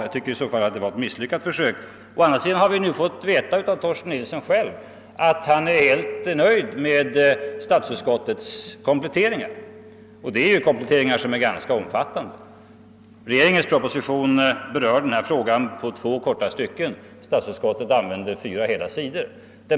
Jag tycker i så fall att det var ett misslyckat försök. Men nu har vi fått veta av Torsten Nilsson själv att han är helt nöjd med statsutskottets kompletteringar, och de är ju ganska omfattande. Regeringens proposition berör frågan i två korta stycken, statsutskottet använder fyra hela sidor.